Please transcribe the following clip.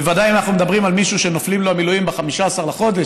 בוודאי אם אנחנו מדברים על מישהו שנופלים לו המילואים ב-15 לחודש,